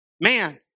man